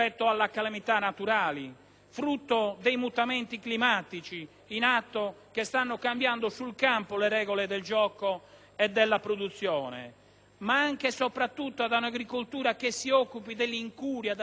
frutto dei mutamenti climatici in atto che stanno cambiando sul campo le regole del gioco e della produzione. Ma occorre pensare anche e soprattutto ad un'agricoltura che si occupi dell'incuria e dell'abbandono del territorio.